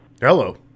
Hello